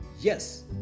Yes